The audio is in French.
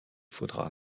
faudra